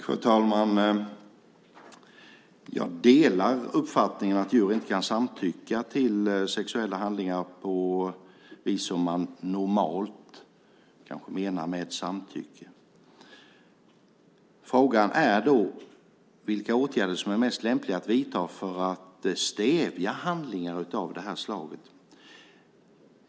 Fru talman! Jag delar uppfattningen att djur inte kan samtycka till sexuella handlingar på det vis som man normalt kanske menar med ett samtycke. Frågan är då vilka åtgärder som är mest lämpliga att vidta för att stävja handlingar av det här slaget.